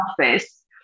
office